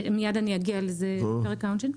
מיד אני אגיע לזה בפרק העונשין.